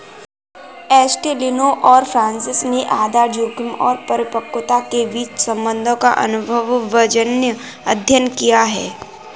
एस्टेलिनो और फ्रांसिस ने आधार जोखिम और परिपक्वता के बीच संबंधों का अनुभवजन्य अध्ययन किया